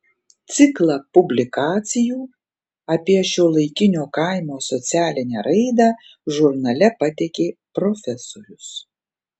ciklą publikacijų apie šiuolaikinio kaimo socialinę raidą žurnale pateikė profesorius